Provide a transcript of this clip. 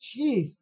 Jeez